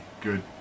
good